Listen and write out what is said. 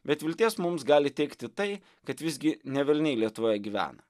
bet vilties mums gali teikti tai kad visgi ne velniai lietuvoje gyvena